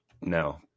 No